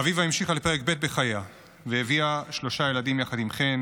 אביבה המשיכה לפרק ב' בחייה והביאה יחד עם חן